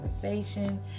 Conversation